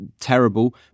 terrible